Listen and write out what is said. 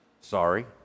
Sorry